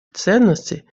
ценностей